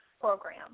program